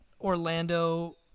Orlando